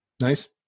Nice